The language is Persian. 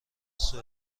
سوء